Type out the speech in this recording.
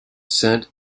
sint